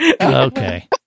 Okay